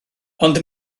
ond